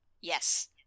Yes